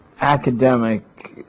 academic